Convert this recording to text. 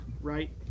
right